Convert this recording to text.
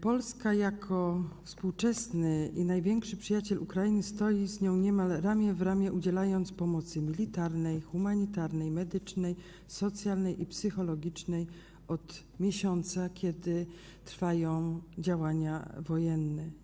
Polska jako współczesny i największy przyjaciel Ukrainy stoi z nią niemal ramię w ramię, udzielając pomocy militarnej, humanitarnej, medycznej, socjalnej i psychologicznej od miesiąca, od kiedy trwają działania wojenne.